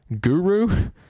Guru